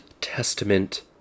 Testament